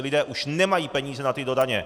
Lidé už nemají peníze na tyto daně.